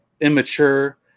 immature